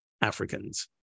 Africans